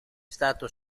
stato